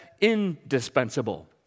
indispensable